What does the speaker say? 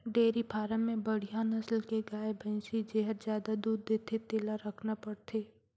dairy farm में बड़िहा नसल के गाय, भइसी जेहर जादा दूद देथे तेला रखना परथे